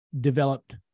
developed